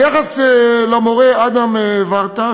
ביחס למורה אדם ורטה,